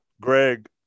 Greg